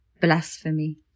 blasphemy